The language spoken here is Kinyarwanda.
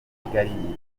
kigali